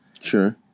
Sure